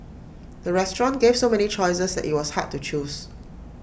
the restaurant gave so many choices IT was hard to choose